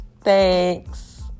Thanks